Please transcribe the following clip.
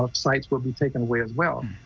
ah sites were been taken where well.